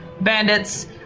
bandits